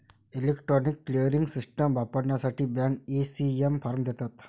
electronic clearing system वापरण्यासाठी bank, ECS form देतात